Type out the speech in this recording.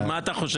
מה אתה חושב?